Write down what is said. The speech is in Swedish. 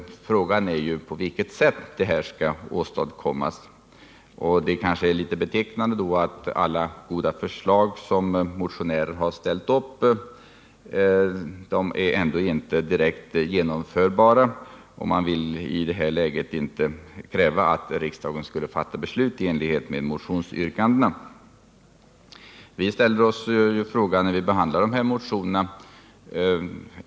Frågan är på vilket sätt en sådan skall åstadkommas. Det kanske är betecknande att inget av alla de goda förslag som motionärerna har framställt är direkt genomförbart och att man i detta läge inte kräver att riksdagen skall fatta beslut i enlighet med motionsyrkandena. Vi i utskottet ställde oss följande frågor när vi behandlade dessa motioner.